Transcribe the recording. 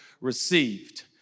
received